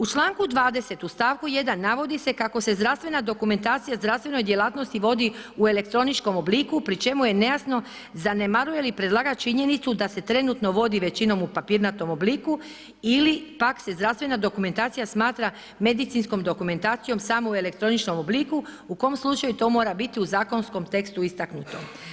U čl. 20., u st. 1. navodi se kako se zdravstvena dokumentacija zdravstvenoj djelatnosti vodi u elektroničkom obliku pri čemu je nejasno zanemaruje li predlagač činjenicu da se trenutno vodi većinom u papirnatom obliku ili pak se zdravstvena dokumentacija smatra medicinskom dokumentacijom samo u elektroničkom obliku u kom slučaju to mora biti u zakonskom tekstu istaknuto.